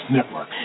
Network